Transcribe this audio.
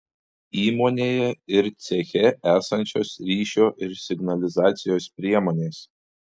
įmonėje ir ceche esančios ryšio ir signalizacijos priemonės